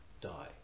die